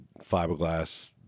fiberglass